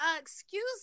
excuse